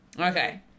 Okay